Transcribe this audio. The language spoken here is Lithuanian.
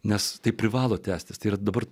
nes tai privalo tęstis ir dabar